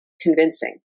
convincing